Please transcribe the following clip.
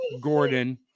Gordon